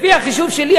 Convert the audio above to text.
לפי החישוב שלי,